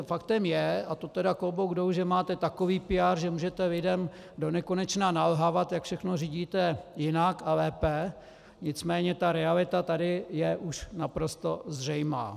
Faktem je, a to teda klobouk dolů, že máte takové PR, že můžete lidem donekonečna nalhávat, jak všechno řídíte jinak a lépe, nicméně ta realita tady je už naprosto zřejmá.